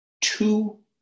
two